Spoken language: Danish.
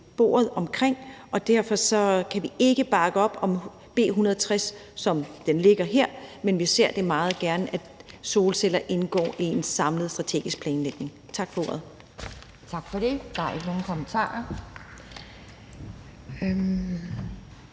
om. Og derfor kan vi ikke bakke op om B 160, som det ligger her. Men vi ser meget gerne, at solceller indgår i en samlet strategisk planlægning. Tak for ordet.